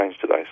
today